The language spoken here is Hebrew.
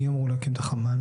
מי אמור להקים את החמ"ל?